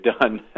done